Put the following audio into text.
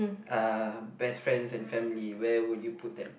uh best friends and family where would you put them